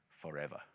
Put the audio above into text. forever